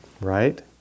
right